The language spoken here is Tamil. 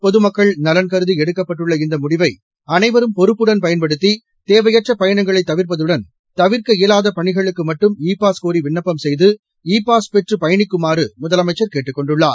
பொதுமக்கள் நலன் கருதி எடுக்கப்பட்டுள்ள இந்த முடிவை அனைவரும் பொறுப்புடன் பயன்படுத்தி தேவையற்ற பயணங்களை தவிர்ப்பதுடன் தவிர்க்க இயலாத பணிகளுக்கு மட்டும் இ பாஸ் கோரி விண்ணப்பம் செய்து இ பாஸ் பெற்று பயணிக்குமாறு முதலமைச்சர் கேட்டுக் கொண்டுள்ளார்